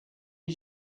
est